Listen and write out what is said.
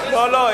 לא, לא.